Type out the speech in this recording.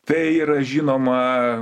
tai yra žinoma